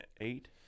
eight